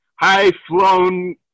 high-flown